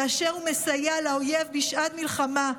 כאשר הוא מסייע לאויב בשעת מלחמה,